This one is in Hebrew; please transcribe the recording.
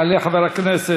יעלה חבר הכנסת